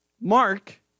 Mark